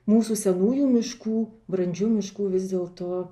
mūsų senųjų miškų brandžių miškų vis dėl to